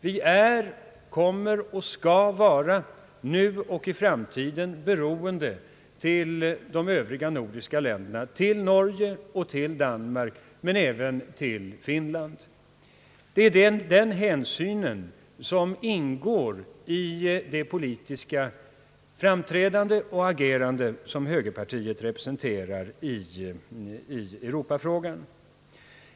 Vi är, kommer och skall vara, nu och i framtiden, i ett beroendeförhållande till de övriga nordiska länderna — till Norge och till Danmark men även till Finland. Det är den hänsynen, som ingår i det politiska framträdande och agerande som högerpartiet syftar till i Europa-frågan.